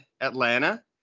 Atlanta